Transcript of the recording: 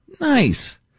Nice